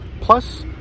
plus